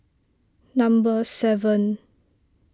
number seven